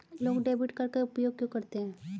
लोग debit card का उपयोग क्यों करते हैं?